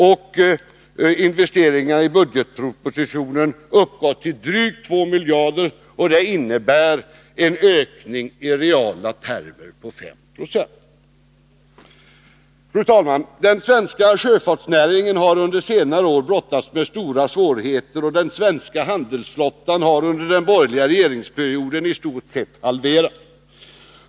För de investeringar som föreslås i budgetpropositionen behövs drygt 2 miljarder. Det innebär en ökning i reala termer med 5 97. Fru talman! Den svenska sjöfartsnäringen har under senare år brottats med stora svårigheter, och den svenska handelsflottan har under den borgerliga regeringsperioden i stort sett halverats.